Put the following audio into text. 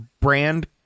brand